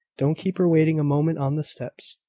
don't keep her waiting a moment on the steps.